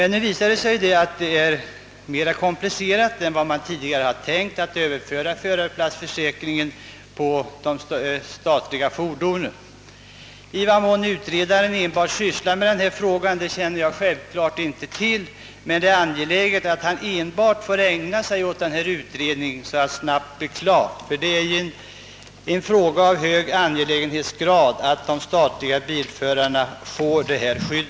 Nu visar det sig att det är mera komplicerat än man tidigare tänkt att överföra förarplatsförsäkringen på de statliga fordonen. I vad mån utredaren enbart sysslar med denna fråga känner jag givetvis inte till, men det är av vikt att han får ägna sig endast åt denna utredning så att den snabbt blir klar. Det är i hög grad angeläget att de statliga bilförarna får detta skydd.